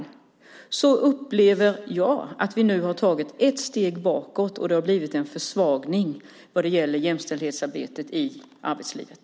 Därför upplever jag att vi nu har tagit ett steg bakåt och att det har blivit en försvagning vad gäller jämställdhetsarbetet i arbetslivet.